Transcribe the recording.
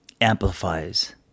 amplifies